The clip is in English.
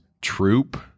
troop